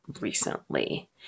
recently